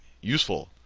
useful